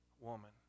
woman